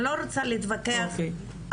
אני לא רוצה להתווכח על